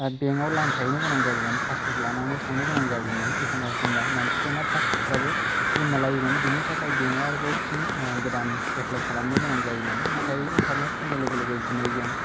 बेंकआव लाइन थाहैनो गोनां जागौमोन पासबुक लानानै थांनो गोनां जागौमोन एखम्बा एखम्बा मानसिफोरना पासबुकफ्राबो गोमालायोमोन बिनि थाखाय बेंकआव आरोबाव फिन गोदान एप्लाइ खालामनो गोनां जायोमोन नाथाय इन्टारनेट फैनाय लोगो लोगो दिनै जों